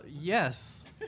yes